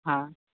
हँ